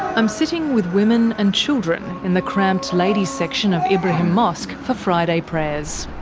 i'm sitting with women and children in the cramped ladies' section of ibrahim mosque for friday prayers.